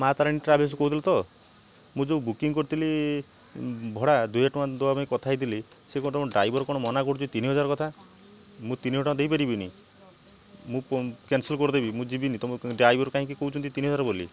ମାଁ ତାରିଣୀ ଟ୍ରାଭେଲସ୍ କହୁଥିଲେ ତ ମୁଁ ଯୋଉ ବୁକିଙ୍ଗ୍ କରିଥିଲି ଭଡ଼ା ଦୁଇ ହଜାର ଟଙ୍କା ଦେବାପାଇଁ କଥା ହେଇଥିଲି ସିଏ କଣ ତମ ଡ୍ରାଇଭର୍ କଣ ମନା କରୁଛି ତିନି ହଜାର କଥା ମୁଁ ତିନି ହଜାର ଟଙ୍କା ଦେଇ ପାରିବିନି ମୁଁ କ୍ୟାନସେଲ୍ କରିଦେବି ଯିବିନି ତମ ଡ୍ରାଇଭର୍ କାହିଁକି କହୁଛନ୍ତି ତିନି ହଜାର ବୋଲି